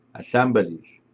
assemblies,